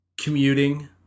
commuting